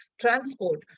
transport